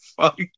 fuck